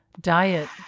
diet